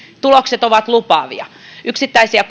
tulokset ovat lupaavia yksittäisissä